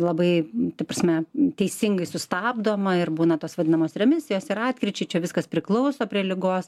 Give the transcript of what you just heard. labai ta prasme teisingai sustabdoma ir būna tos vadinamos remisijos ir atkryčiai čia viskas priklauso prie ligos